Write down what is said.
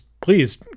please